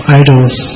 idols